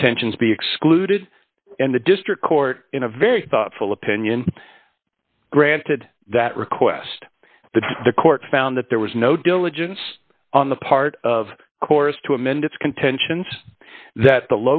contentions be excluded and the district court in a very thoughtful opinion granted that request that the court found that there was no diligence on the part of course to amend its contentions that the